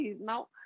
now